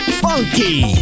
funky